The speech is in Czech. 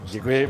Děkuji.